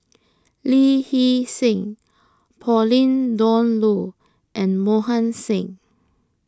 Lee Hee Seng Pauline Dawn Loh and Mohan Singh